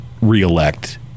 reelect